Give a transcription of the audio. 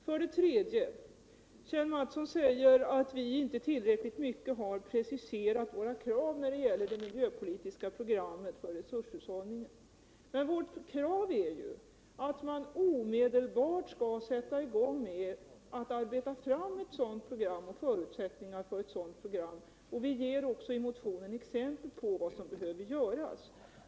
För det tredje: Kjell Mattsson säger att vi inte tillräckligt mycket har preciserat våra krav när det gäller det miljöpolitiska programmet för resurshushållningen. Men vårt krav är ju alt man omedelbart skall sätta i gång med att arbeta fram förutsättningar för ett sådant program. Vi ger också i motionen exempel på vad som behöver göras.